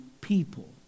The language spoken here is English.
people